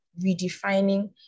redefining